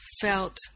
felt